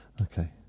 okay